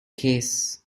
case